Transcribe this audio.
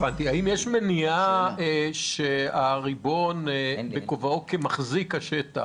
האם יש מניעה שהריבון בכובעו כמחזיק השטח,